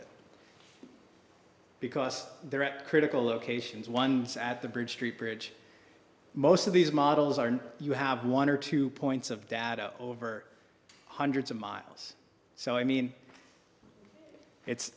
it because they're at critical locations ones at the bridge street bridge most of these models are and you have one or two points of data over hundreds of miles so i mean it's